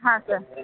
ಹಾಂ ಸರ್